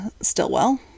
Stillwell